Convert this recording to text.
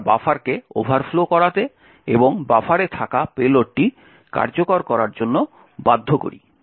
আমরা বাফারকে ওভারফ্লো করাতে এবং বাফারে থাকা পেলোডটি কার্যকর করার জন্য বাধ্য করি